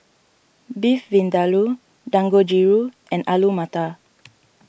Beef Vindaloo Dangojiru and Alu Matar